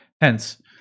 Hence